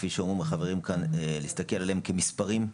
כפי שאומרים החברים כאן להסתכל עליהם כמספרים.